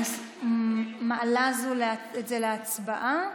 אני מעלה את זה להצבעה.